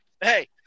Hey